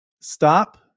Stop